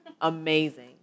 amazing